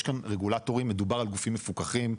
יש רגולטורים; מדובר על גופים מפוקחים,